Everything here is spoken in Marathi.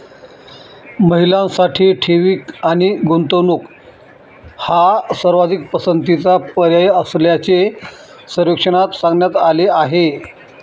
महिलांसाठी ठेवी आणि गुंतवणूक हा सर्वाधिक पसंतीचा पर्याय असल्याचे सर्वेक्षणात सांगण्यात आले आहे